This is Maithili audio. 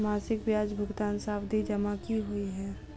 मासिक ब्याज भुगतान सावधि जमा की होइ है?